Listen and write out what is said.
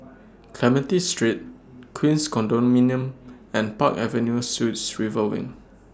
Clementi Street Queens Condominium and Park Avenue Suites River Wing